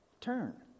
Turn